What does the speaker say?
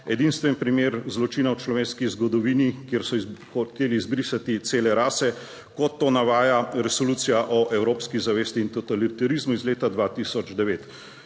Edinstven primer zločina v človeški zgodovini, kjer so hoteli izbrisati cele rase, kot to navaja resolucija o evropski zavesti in totalitarizmu iz leta 2009.